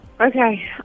Okay